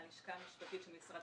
הלשכה המשפטית, משרד